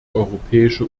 europäische